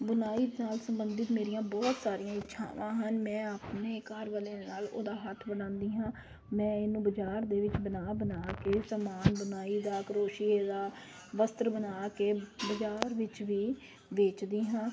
ਬੁਣਾਈ ਨਾਲ ਸੰਬੰਧਿਤ ਮੇਰੀਆਂ ਬਹੁਤ ਸਾਰੀਆਂ ਇੱਛਾਵਾਂ ਹਨ ਮੈਂ ਆਪਣੇ ਘਰ ਵਾਲੇ ਦੇ ਨਾਲ ਉਹਦਾ ਹੱਥ ਵੰਡਾਉਂਦੀ ਹਾਂ ਮੈਂ ਇਹਨੂੰ ਬਾਜ਼ਾਰ ਦੇ ਵਿੱਚ ਬਣਾ ਬਣਾ ਕੇ ਸਮਾਨ ਬੁਣਾਈ ਦਾ ਕਰੋਸ਼ੀਏ ਦਾ ਵਸਤਰ ਬਣਾ ਕੇ ਬਜਾਰ ਵਿੱਚ ਵੀ ਵੇਚਦੀ ਹਾਂ